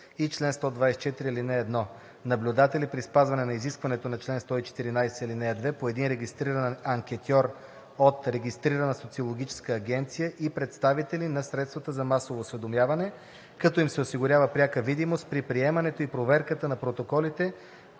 и чл. 124, ал. 1, наблюдатели – при спазване изискването на чл. 114, ал. 2, по един регистриран анкетьор от регистрирана социологическа агенция и представители на средствата за масово осведомяване, като им се осигурява пряка видимост при приемането и проверката на протоколите,